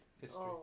History